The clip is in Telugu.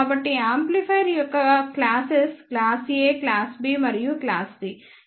కాబట్టి యాంప్లిఫైయర్ యొక్క classes class A class B మరియు క్లాస్ C